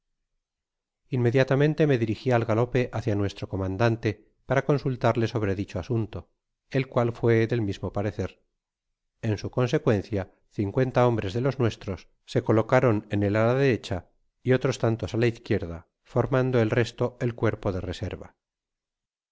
inmediatamente me dirigi al galope hácia nuestro comandante para consultarle sobre dicbo asunto el cual fué del mismo parecer en su consecuencia cincuenta hom bres de los nuestros se colocaron en el ala derecha y otros tantos á la izquierda formando el resto el cuerpo de reserva